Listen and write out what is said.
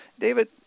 David –